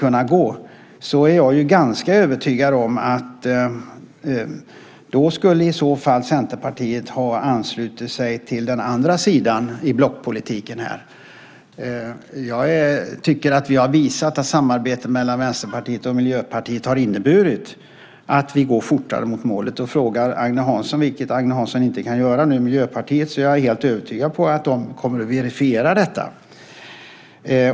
Jag är ganska övertygad om att Centerpartiet i så fall skulle ha anslutit sig till den andra sidan i blockpolitiken. Jag tycker att vi har visat att samarbetet med Vänsterpartiet och Miljöpartiet har inneburit att vi går fortare mot målet. Om Agne Hansson frågar Miljöpartiet, vilket han inte kan göra nu, är jag helt övertygad om att de kommer att verifiera detta.